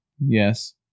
Yes